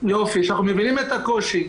שאנחנו מבינים את הקושי,